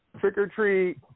trick-or-treat